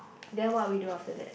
then what are we do after that